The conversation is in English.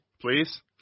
please